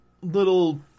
little